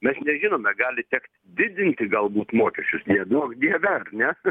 mes nežinome gali tekti didinti galbūt mokesčius neduok dieve ar ne